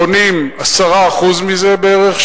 בונים 10% מזה בערך,